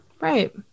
Right